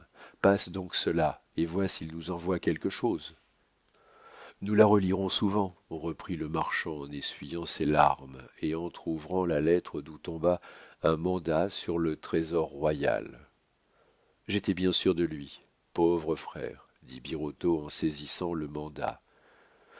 passe donc cela et vois s'il nous envoie quelque chose nous la relirons souvent reprit le marchand en essuyant ses larmes et entr'ouvrant la lettre d'où tomba un mandat sur le trésor royal j'étais bien sûr de lui pauvre frère dit birotteau en saisissant le mandat